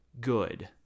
good